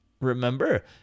remember